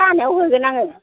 थानायाव होगोन आङो